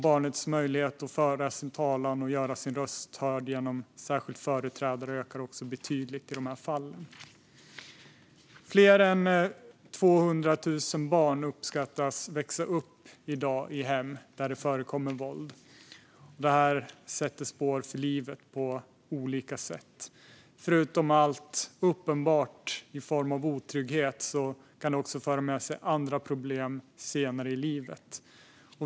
Barnets möjlighet i dessa fall att föra sin talan och göra sin röst hörd genom särskild företrädare ökar betydligt. Man uppskattar att fler än 200 000 barn i dag växer upp i hem där det förekommer våld. Det här sätter på olika sätt spår för livet. Förutom allt uppenbart i form av otrygghet kan det också föra med sig andra problem senare i livet.